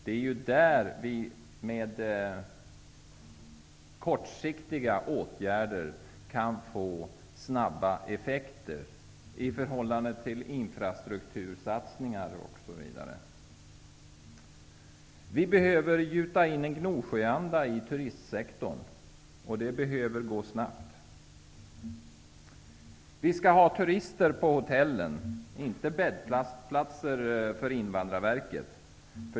Inom turistnäringen kan vi uppnå snabba effekter med kortsiktiga åtgärder i förhållande till infrastruktursatsningar osv. Vi behöver gjuta in en Gnosjöanda i turistsektorn. Det måste gå snabbt. Vi skall ha turister på hotellen i stället för att hotellen skall utgöra bäddplatser för Invandrarverket.